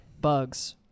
Bugs